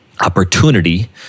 Opportunity